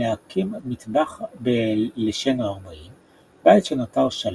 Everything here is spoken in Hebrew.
להקים מטבח בלשנו 40 – בית שנותר שלם,